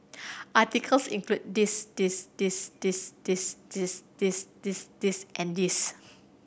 articles include this this this this this this this this this and this